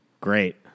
Great